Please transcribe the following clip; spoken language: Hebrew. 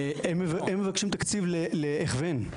הם מבקשים תקציב להכוון,